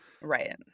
Right